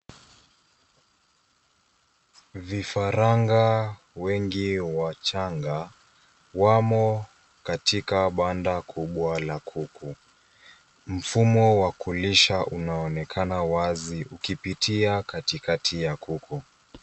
Vifaranga wengi wachanga, wamo katika banda kubwa la kuku. Mfumo wa kulisha unaonekana wazi ukipitia katikati ya kuku.